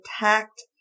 attacked